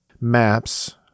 maps